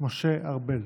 משה ארבל.